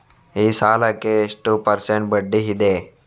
ಈ ಸಾಲಕ್ಕೆ ಎಷ್ಟು ಪರ್ಸೆಂಟ್ ಬಡ್ಡಿ ಇದೆ?